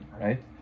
right